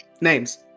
Names